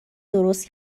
درست